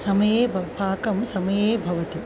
समये ब पाकसमये भवति